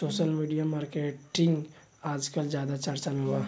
social media marketing आजकल ज्यादा चर्चा में बा